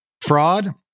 fraud